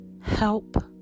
Help